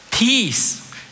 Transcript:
Peace